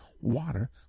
water